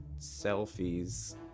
selfies